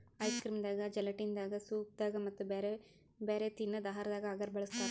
ice cream ದಾಗಾ gelatin ದಾಗಾ soup ದಾಗಾ ಮತ್ತ್ ಬ್ಯಾರೆ ಬ್ಯಾರೆ ತಿನ್ನದ್ ಆಹಾರದಾಗ ಅಗರ್ ಬಳಸ್ತಾರಾ